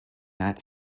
that